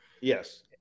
Yes